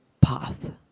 path